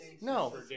No